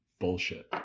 bullshit